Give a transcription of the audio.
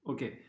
Okay